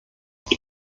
sie